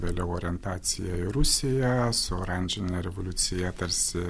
vėliau orientacija į rusiją su oranžine revoliucija tarsi